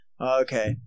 Okay